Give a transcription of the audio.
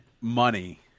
money